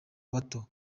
bato